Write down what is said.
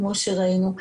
כמו שראינו.